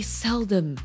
seldom